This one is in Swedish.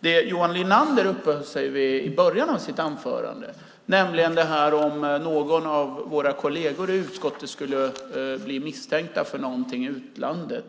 det Johan Linander uppehöll sig vid i början av sitt anförande, nämligen om någon av våra kolleger i utskottet skulle bli misstänkt för något i utlandet.